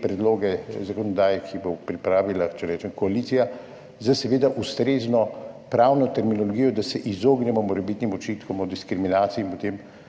predloge zakonodaje, ki jih bo pripravila, če rečem, koalicija, seveda z ustrezno pravno terminologijo, da se izognemo morebitnim očitkom o diskriminaciji in potem